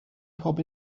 pob